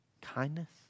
kindness